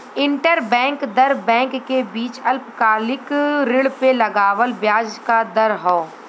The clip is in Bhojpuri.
इंटरबैंक दर बैंक के बीच अल्पकालिक ऋण पे लगावल ब्याज क दर हौ